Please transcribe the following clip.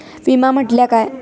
विमा म्हटल्या काय?